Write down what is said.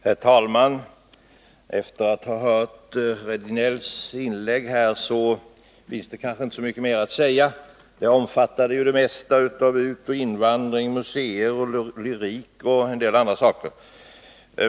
Herr talman! Efter Eric Rejdnells inlägg finns det kanske inte mycket mer attsäga. Det omfattade det mesta av utoch invandring, museer, lyrik och en del andra saker.